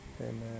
Amen